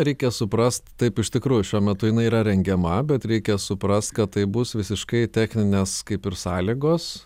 reikia suprast taip iš tikrųjų šiuo metu jinai yra rengiama bet reikia suprast kad tai bus visiškai techninės kaip ir sąlygos